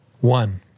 One